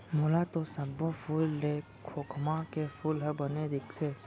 मोला तो सब्बो फूल ले खोखमा के फूल ह बने दिखथे